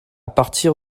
partir